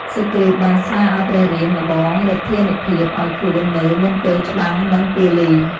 សុគ្រីពបានស្នើឱ្យព្រះរាមល្បងឫទ្ធានុភាពឱ្យខ្លួនមើលមុនពេលច្បាំងនឹងពាលី។